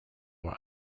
were